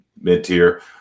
mid-tier